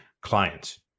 clients